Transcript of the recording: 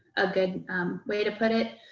a good way to put it.